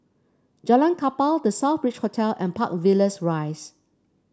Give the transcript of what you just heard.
Jalan Kapal The Southbridge Hotel and Park Villas Rise